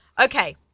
Okay